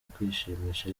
kwishimisha